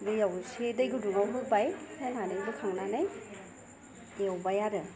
दैयाव एसे दै गुदुंआव होबाय होनानै बोखांनानै एवबाय आरो